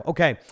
Okay